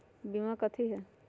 बीमा कथी है?